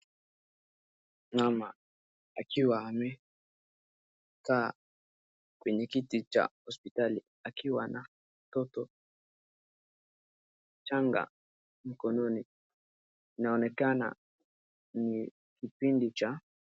Mama akiwa amekaa kwenye kiti cha hospitali akiwa na mtoto mchanga mkononi, inaonekana ni kipindi cha...